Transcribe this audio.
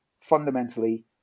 fundamentally